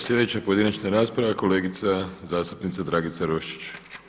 Sljedeća pojedinačna rasprava je kolegice zastupnice Dragica Roščić.